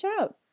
out